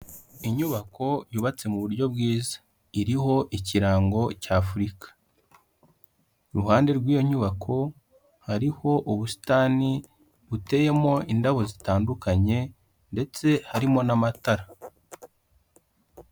Inyubako yubatse mu buryo bwiza iriho ikirango cy'afurika iruhande rw'iyo nyubako hariho ubusitani buteyemo indabo zitandukanye ndetse harimo n'amatara.